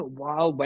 wow